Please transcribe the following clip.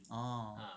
oh